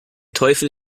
teufel